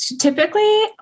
Typically